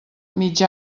mig